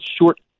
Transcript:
short